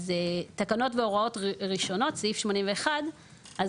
אז תקנות והוראות ראשונות סעיף 81. אז